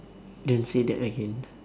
then say that again